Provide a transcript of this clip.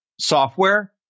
software